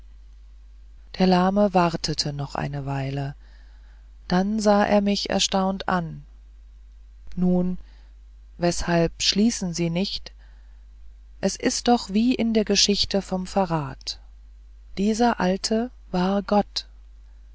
der lahme wartete noch eine weile dann sah er mich erstaunt an nun weshalb schließen sie nicht es ist doch wie in der geschichte vom verrat dieser alte war gott